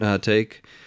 take